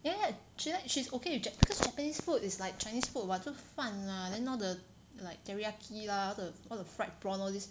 ya ya she like she's okay with Jap~ because Japanese food is like Chinese food [what] 就饭 lah then all the like teriyaki lah all the all the fried prawn all this